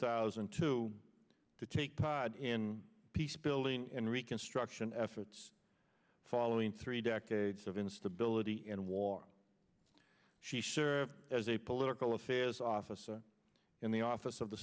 thousand and two to take part in peace building and reconstruction efforts following three decades of instability and war she sure as a political affairs officer in the office of the